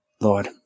Lord